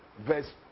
verse